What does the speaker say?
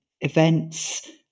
events